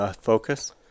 focus